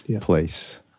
place